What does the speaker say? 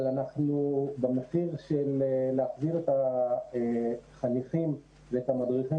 אבל במחיר של להחזיר את החניכים ואת המדריכים